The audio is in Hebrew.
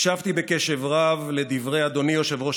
הקשבתי בקשב רב לדברי אדוני יושב-ראש